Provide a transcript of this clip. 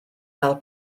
fel